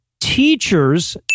teachers